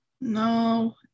No